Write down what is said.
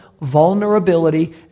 vulnerability